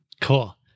Cool